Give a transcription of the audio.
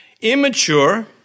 immature